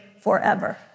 forever